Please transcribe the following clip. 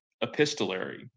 epistolary